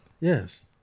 Yes